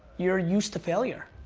you're used to failure.